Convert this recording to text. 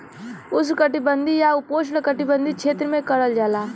उष्णकटिबंधीय या उपोष्णकटिबंधीय क्षेत्र में करल जाला